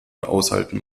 aushalten